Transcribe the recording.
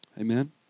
Amen